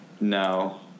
No